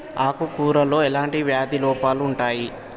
ఆకు కూరలో ఎలాంటి వ్యాధి లోపాలు ఉంటాయి?